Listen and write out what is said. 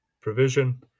provision